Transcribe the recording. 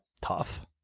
tough